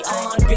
on